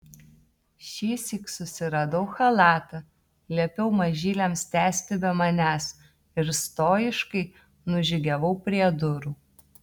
šįsyk susiradau chalatą liepiau mažyliams tęsti be manęs ir stojiškai nužygiavau prie durų